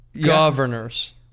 governors